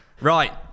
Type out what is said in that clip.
right